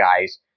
guys